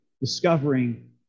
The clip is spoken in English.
discovering